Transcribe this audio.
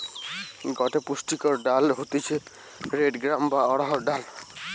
গটে পুষ্টিকর ডাল হতিছে রেড গ্রাম বা অড়হর ডাল